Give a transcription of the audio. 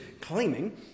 claiming